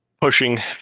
pushing